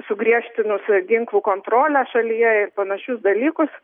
sugriežtinus ginklų kontrolę šalyje ir panašius dalykus